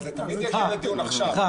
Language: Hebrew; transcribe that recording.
אבל זה תמיד יגיע לדיון עכשיו,